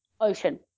Ocean